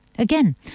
Again